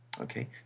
Okay